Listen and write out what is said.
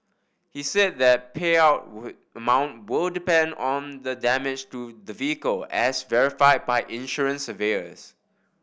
he said that payout amount will depend on the damage to the vehicle as verified by insurance surveyors